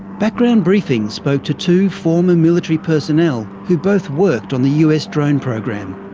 background briefing spoke to two former military personnel who both worked on the us drone program.